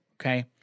okay